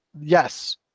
yes